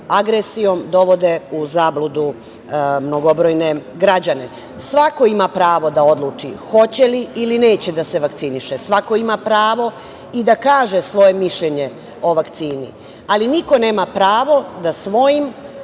agresijom dovode u zabludu mnogobrojne građane. Svako ima pravo da odluči hoće li ili neće da se vakciniše. Svako ima pravo i da kaže svoje mišljenje o vakcini, ali niko nema pravo da svojim